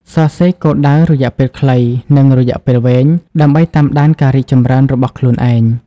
សរសេរគោលដៅរយៈពេលខ្លី និងរយៈពេលវែង ដើម្បីតាមដានការរីកចម្រើនរបស់ខ្លួនឯង។